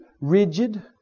rigid